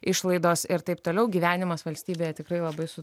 išlaidos ir taip toliau gyvenimas valstybėje tikrai labai su